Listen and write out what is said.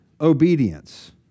obedience